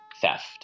theft